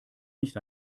nicht